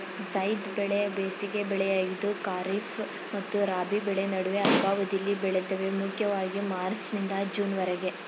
ಝೈದ್ ಬೆಳೆ ಬೇಸಿಗೆ ಬೆಳೆಯಾಗಿದ್ದು ಖಾರಿಫ್ ಮತ್ತು ರಾಬಿ ಬೆಳೆ ನಡುವೆ ಅಲ್ಪಾವಧಿಲಿ ಬೆಳಿತವೆ ಮುಖ್ಯವಾಗಿ ಮಾರ್ಚ್ನಿಂದ ಜೂನ್ವರೆಗೆ